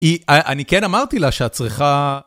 אני כן אמרתי לה שאת צריכה...